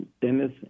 Dennis